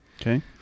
Okay